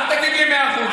אל תגיד לי: מאה אחוז.